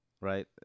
Right